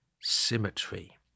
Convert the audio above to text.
symmetry